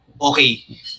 okay